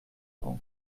aus